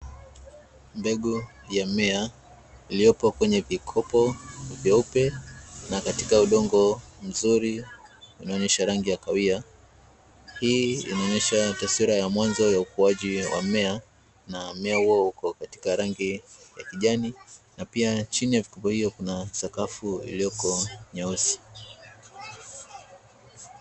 Mbegu ya mmea iliyopo kwenye vikopo vyeupe na katika udongo mzuri unaoonyesha rangi ya kahawia. Hii inaonyesha taswira ya mwanzo ya ukuaji wa mmea, na mmea huo uko katika rangi ya kijani; na pia chini ya vikopo hivyo kuna sakafu iliyoko nyeusi.